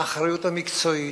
האחריות המקצועית,